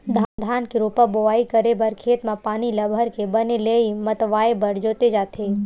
धान के रोपा बोवई करे बर खेत म पानी ल भरके बने लेइय मतवाए बर जोते जाथे